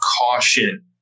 caution